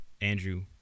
Andrew